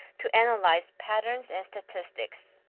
to analyze patterns and statistics.